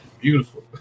Beautiful